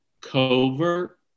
covert